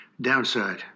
downside